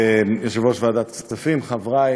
יושב-ראש ועדת הכספים, חברי